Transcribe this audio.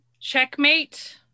checkmate